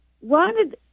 wanted